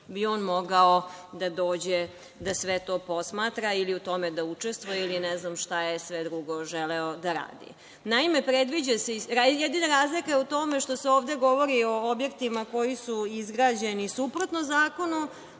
i on mogao da dođe da sve to posmatra, ili u tome da učestvuje, ili ne znam šta je sve drugo želeo da radi. Naime, jedina razlika je u tome što se ovde govori o objektima koji su izgrađeni suprotno zakonu,